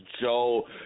joe